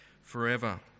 forever